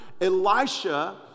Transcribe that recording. Elisha